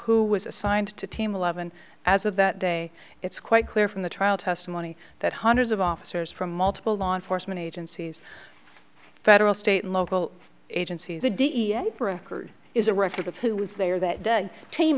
who was assigned to team eleven as of that day it's quite clear from the trial testimony that hundreds of officers from multiple law enforcement agencies federal state and local agencies a dnieper occurred is a record of who was there that day team